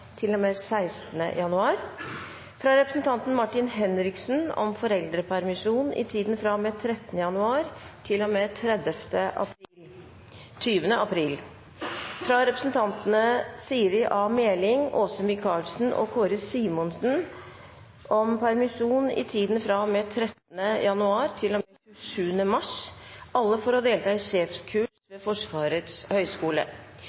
med 16. januar fra representanten Martin Henriksen om foreldrepermisjon i tiden fra og med 13. januar til og med 20. april fra representantene Siri A. Meling, Åse Michaelsen og Kåre Simensen om permisjon i tiden fra og med 13. januar til og med 27. mars – alle for å delta i sjefskurs ved Forsvarets høyskole